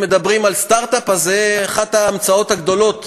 אם מדברים על סטרט-אפ, אז זו אחת ההמצאות הגדולות